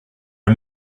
are